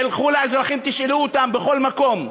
תלכו לאזרחים, ותשאלו אותם בכל מקום.